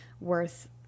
worth